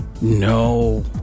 No